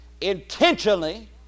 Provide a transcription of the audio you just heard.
intentionally